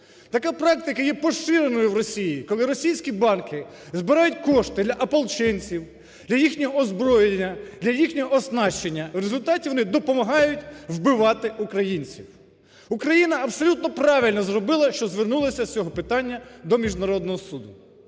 Така практика є поширеною в Росії, коли проросійські банки збирають кошти для ополченців, для їхнього озброєння, для їхнього оснащення. В результаті вони допомагають вбивати українців. Україна абсолютно правильно зробила, що звернулася з цього питання до міжнародного суду.